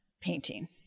painting